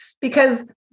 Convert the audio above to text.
Because-